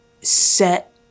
set